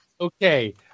okay